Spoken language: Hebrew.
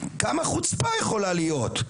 כמה חוצפה יכולה להיות?